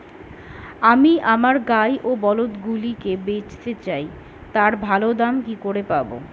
আমি আমার গাই ও বলদগুলিকে বেঁচতে চাই, তার ভালো দাম কি করে পাবো?